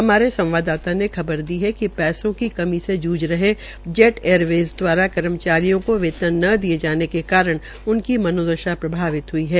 हमारे संवाददाता ने खबर दी है कि पैसों की कमी से झूज रहे जेट एयरवेज़ द्वारा कर्मचारियों को वेतन न दिये जाने के कारण उनकी मनोदशा प्रभावित ह्ई है